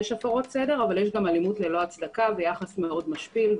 יש הפרות סדר אבל יש גם אלימות ללא הצדקה ויחס מאוד משפיל,